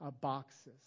boxes